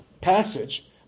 passage